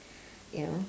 ya